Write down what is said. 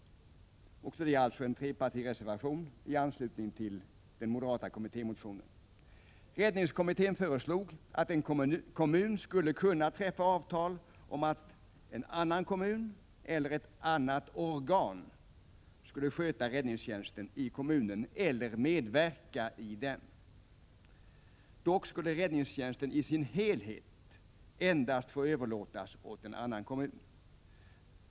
Också detta är en trepartireservation i anslutning till en moderat kommittémotion. Räddningstjänstkommittén föreslog att en kommun skulle kunna träffa avtal om att annan kommun eller annat organ skulle sköta räddningstjänsten i kommunen eller medverka i denna. Dock skulle räddningstjänsten i sin helhet endast få överlåtas åt annan kommun.